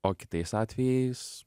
o kitais atvejais